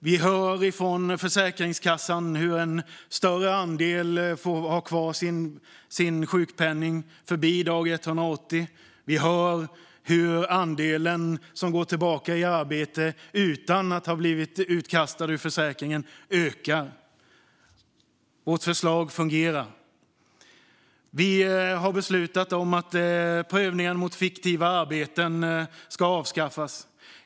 Vi hör nu från Försäkringskassan hur en större andel får ha kvar sin sjukpenning förbi dag 180. Vi hör hur andelen som går tillbaka i arbete utan att ha blivit utkastade ur försäkringen ökar. Vårt förslag fungerar. Vi har beslutat att prövningen mot fiktiva arbeten ska avskaffas.